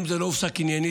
אם זה לא הופסק עניינית,